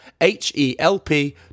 H-E-L-P